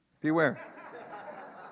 Beware